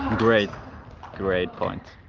great great point